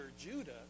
Judah